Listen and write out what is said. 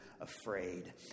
afraid